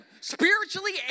spiritually